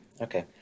Okay